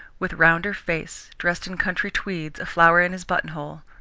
with rounder face, dressed in country tweeds, a flower in his buttonhole,